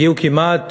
הגיעו כמעט